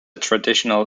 traditional